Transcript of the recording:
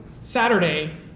Saturday